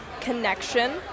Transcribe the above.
connection